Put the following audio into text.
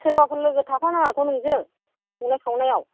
सोरबाफोर लोगो थाफानाङाथ' नोंजों संनाय खावनायाव